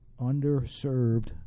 underserved